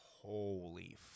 Holy